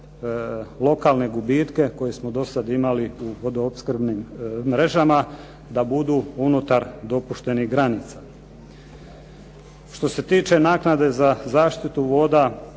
lokalne gubitke koje smo do sada imali u vodoopskrbnim mrežama, da budu unutar dopuštenih granica. Što se tiče naknade za zaštitu voda,